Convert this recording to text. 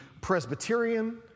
Presbyterian